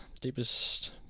deepest